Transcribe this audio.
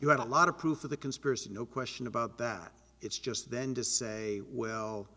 you had a lot of proof of the conspiracy no question about that it's just then to say well